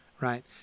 right